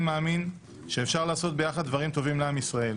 מאמין שאפשר לעשות ביחד דברים טובים לעם ישראל.